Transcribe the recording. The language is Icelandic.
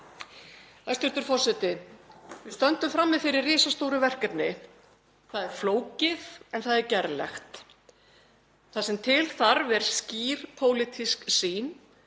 Hæstv. forseti. Við stöndum frammi fyrir risastóru verkefni. Það er flókið en það er gerlegt. Það sem til þarf er skýr pólitísk sýn